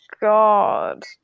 God